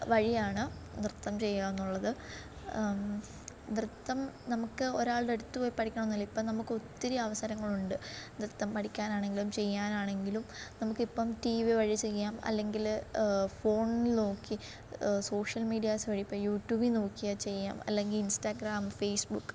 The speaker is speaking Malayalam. വഴിയാണ് നൃത്തം ചെയ്യാന്നുള്ളത് നൃത്തം നമുക്ക് ഒരാളുടെ അടുത്തുപോയി പഠിക്കണംന്നില്യ ഇപ്പോൾ നമുക്ക് ഒത്തിരി അവസരങ്ങൾ ഉണ്ട് നൃത്തം പഠിക്കാനാണെങ്കില്ലും ചെയ്യാനാണെങ്കിലും നമുക്ക് ഇപ്പം ടീ വി വഴി ചെയ്യാം അല്ലെങ്കിൽ ഫോണിൽ നോക്കി സോഷ്യൽ മീഡിയാസ് വഴി ഇപ്പോൾ യൂട്യൂബിൽ നോക്കിയാൽ ചെയ്യാം അല്ലെങ്കിൽ ഇൻസ്റ്റാറ്റഗ്രാം ഫേസ്ബുക്ക്